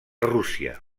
rússia